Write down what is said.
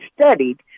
studied